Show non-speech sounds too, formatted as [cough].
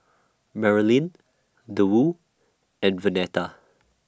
Merilyn [unintelligible] and Vernetta